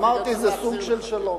צריך להחזיר, אמרתי: זה סוג של שלום,